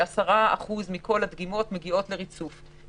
כלומר ש-10% מכל הדגימות מגיעות לריצוף,